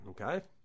Okay